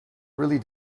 really